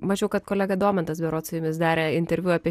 mačiau kad kolega domantas berods su jumis darė interviu apie